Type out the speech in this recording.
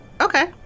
okay